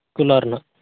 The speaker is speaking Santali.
ᱠᱩᱞᱟᱨ ᱨᱮᱱᱟᱜ